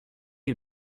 you